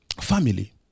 Family